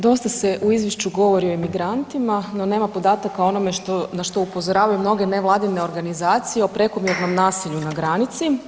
Dosta se u Izvješću govori o imigrantima, no nema podataka o onome na što upozoravaju mnoge nevladine organizacije o prekomjernom nasilju na granici.